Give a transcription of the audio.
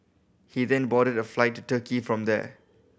he then boarded flight to Turkey from there